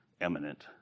eminent